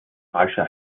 falsche